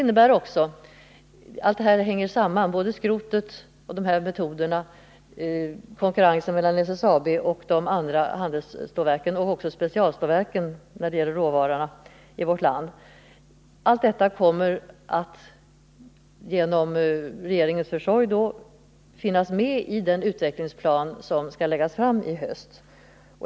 Frågor som gäller skrotförsörjningen och de nämnda metoderna, konkurrensen mellan SSAB och de andra handelsstålsföretagen men också specialstålverken kommer när det gäller råvaruförsörjningen i vårt land att genom regeringens försorg då finnas med i den utvecklingsplan som skall läggas fram i höst.